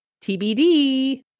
TBD